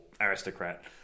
aristocrat